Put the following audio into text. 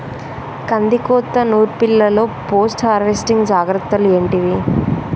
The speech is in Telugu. కందికోత నుర్పిల్లలో పోస్ట్ హార్వెస్టింగ్ జాగ్రత్తలు ఏంటివి?